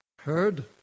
heard